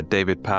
David